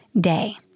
day